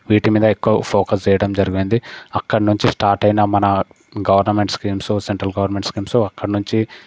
వీటి మీద ఎక్కువ ఫోకస్ చేయడం జరిగింది అక్కడి నుంచి స్టార్ట్ అయిన మన government schemes central government schemes అక్కడి నుంచి